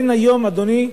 אדוני,